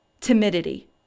timidity